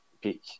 peak